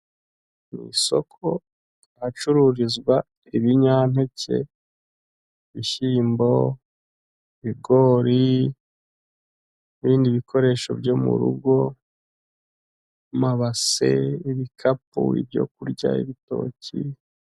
Mu isoko ahacururizwa ibinyampeke, ibishyimbo, ibigori, n'ibindi bikoresho byo mu rugo, amabase ibikapu ibyokurya ibitoki.